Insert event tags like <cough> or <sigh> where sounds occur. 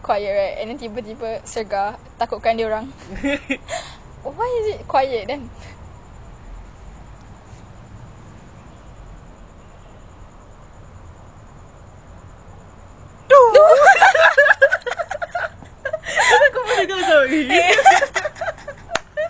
<laughs> mm mm inshallah